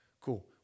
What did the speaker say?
Cool